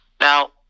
Now